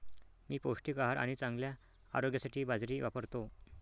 मी पौष्टिक आहार आणि चांगल्या आरोग्यासाठी बाजरी वापरतो